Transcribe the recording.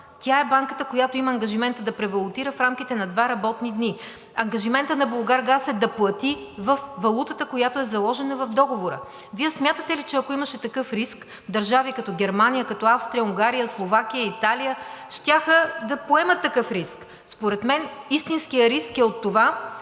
Тя е банката, която има ангажимента да превалутира в рамките на два работни дни. Ангажиментът на „Булгаргаз“ е да плати във валутата, която е заложена в договора. Вие смятате ли, че ако имаше такъв риск, държави, като Германия, като Австрия, Унгария, Словакия, Италия, щяха да поемат такъв риск? Според мен истинският риск е от това